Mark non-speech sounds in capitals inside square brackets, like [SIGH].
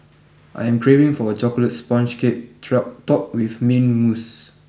I am craving for a chocolate sponge cake [UNINTELLIGIBLE] top with mint mousse